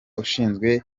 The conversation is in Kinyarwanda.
ushinzwe